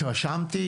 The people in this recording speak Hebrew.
התרשמתי.